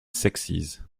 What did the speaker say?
sexies